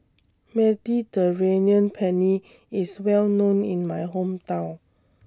Mediterranean Penne IS Well known in My Hometown